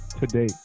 today